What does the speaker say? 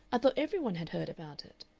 i thought every one had heard about it.